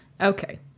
Okay